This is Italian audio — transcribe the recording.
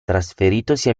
trasferitosi